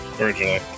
Originally